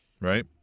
right